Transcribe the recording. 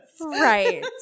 Right